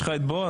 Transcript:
יש לך את בועז.